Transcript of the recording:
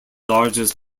largest